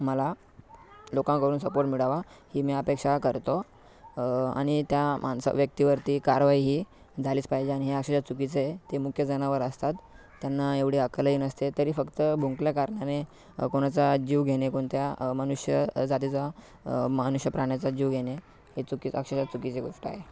मला लोकांकडून सपोर्ट मिळावा ही मी अपेक्षा करतो आणि त्या माणसा व्यक्तीवरती कारवाई ही झालीच पाहिजे आणि हे अक्षरश चुकीचं आहे ते मुके जनावर असतात त्यांना एवढी अक्कलही नसते तरी फक्त भुंकलं कारणाने कोणाचा जीव घेणे कोणत्या मनुष्यजातीचा मनुष्यप्राण्याचा जीव घेणे हे चुकीचं अक्षरश चुकीची गोष्ट आहे